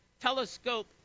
telescope